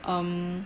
um